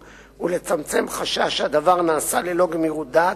ולצמצם חשש שהדבר נעשה ללא גמירות דעת,